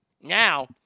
Now